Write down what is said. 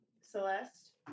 Celeste